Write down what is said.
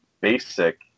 basic